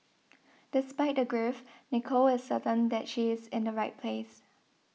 despite the grief Nicole is certain that she is in the right place